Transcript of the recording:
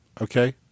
Okay